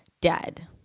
dead